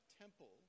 Temple